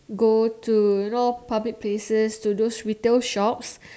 go to you know public places to those retail shop